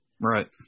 Right